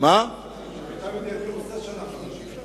הוא כבר עושה שנה חמישית.